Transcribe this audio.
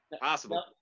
Possible